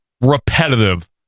repetitive